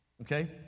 okay